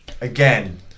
again